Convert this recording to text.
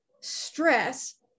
stress